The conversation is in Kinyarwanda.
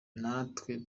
natwe